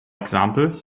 example